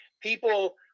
people